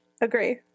agree